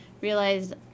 realized